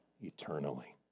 eternally